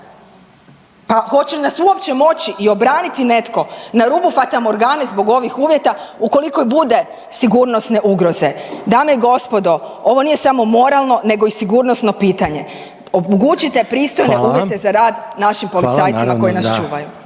Pa hoće li nas uopće moći i obraniti netko na rubu fatamorgane zbog ovih uvjeta ukoliko i bude sigurnosne ugroze? Dame i gospodo, ovo nije samo moralno nego i sigurnosno pitanje. Omogućite pristojne uvjete za rad našim policajcima koji nas čuvaju.